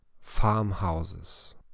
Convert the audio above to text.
farmhouses